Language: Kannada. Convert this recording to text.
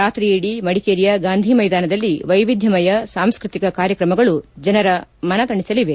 ರಾತ್ರಿಯಿಡೀ ಮಡಿಕೇರಿಯ ಗಾಂಧಿ ಮೈದಾನದಲ್ಲಿ ವೈವಿಧ್ಯಮಯ ಸಾಂಸ್ಕೃತಿಕ ಕಾರ್ಯಕ್ರಮಗಳೂ ಜನರ ಮನತಣಿಸಲಿದೆ